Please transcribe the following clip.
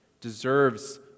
deserves